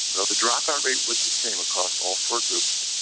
well, the dropout rate was the same across all four groups.